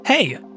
Hey